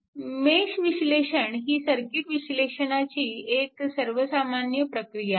तर मेश विश्लेषण ही सर्किट विश्लेषणाची एक सर्वसामान्य प्रक्रिया आहे